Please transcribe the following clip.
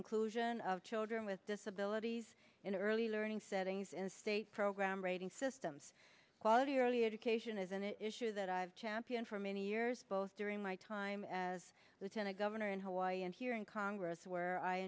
inclusion of children with disabilities in early learning settings and state program rating systems quality early education is an issue that i have championed for many years both during my time as lieutenant governor in hawaii and here in congress where i